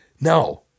No